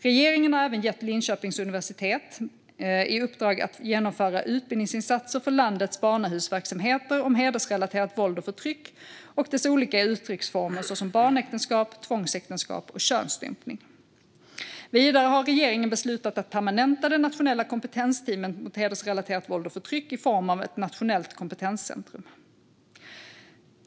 Regeringen har även gett Linköpings universitet i uppdrag att genomföra utbildningsinsatser för landets barnahusverksamheter om hedersrelaterat våld och förtryck och dess olika uttrycksformer, såsom barnäktenskap, tvångsäktenskap och könsstympning. Vidare har regeringen beslutat att permanenta det nationella kompetensteamet mot hedersrelaterat våld och förtryck i form av ett nationellt kompetenscentrum.